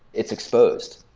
it's exposed.